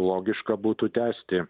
logiška būtų tęsti